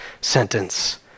sentence